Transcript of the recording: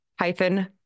hyphen